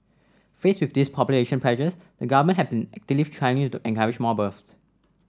faced with these population pressures the Government has been actively trying to encourage more births